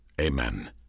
Amen